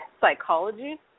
psychology